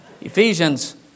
Ephesians